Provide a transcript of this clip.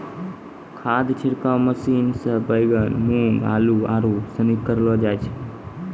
खाद छिड़काव मशीन से बैगन, मूँग, आलू, आरू सनी करलो जाय छै